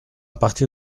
partir